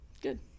good